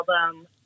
album